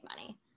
money